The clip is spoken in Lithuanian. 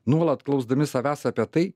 nuolat klausdami savęs apie tai